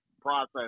process